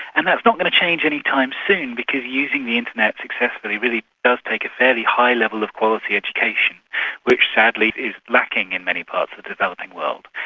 and that's not going to change any time soon, because using the internet successfully really does take a fairly high level of quality education which, sadly, is lacking in many parts of the developing world.